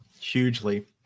Hugely